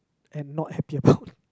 and not happy about